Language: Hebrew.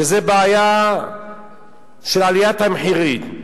שזה בעיית עליית המחירים,